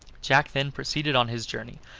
jack then proceeded on his journey,